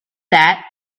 that